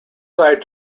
site